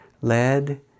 lead